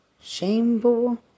Shameful